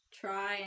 try